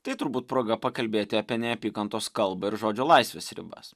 tai turbūt proga pakalbėti apie neapykantos kalbą ir žodžio laisvės ribas